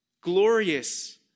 Glorious